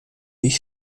ich